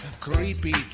Creepy